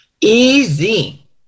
Easy